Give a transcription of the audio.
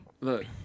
Look